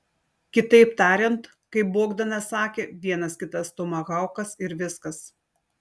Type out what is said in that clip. kitaip tariant kaip bogdanas sakė vienas kitas tomahaukas ir viskas